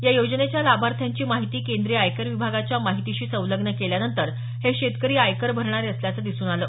या योजनेच्या लाभार्थ्यांची माहिती केंद्रीय आयकर विभागाच्या माहितीशी संलग्न केल्यानंतर हे शेतकरी आयकर भरणारे असल्याचं दिसून आलं